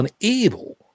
unable